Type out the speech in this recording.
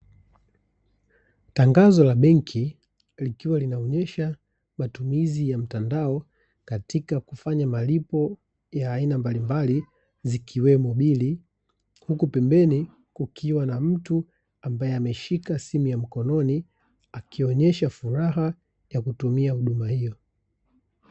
Tangazo la benki likiwa linaonyesha matumizi ya mtandao, katika kufanya malipo ya aina mbalimbali zikiwemo bili. Huku pembeni kukiwa na mtu ambaye ameshika simu ya mkononi, akionesha furaha ya kutumia huduma hiyo.